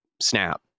snap